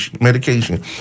medication